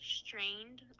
strained